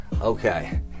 okay